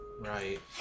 Right